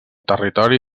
territori